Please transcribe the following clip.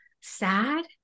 sad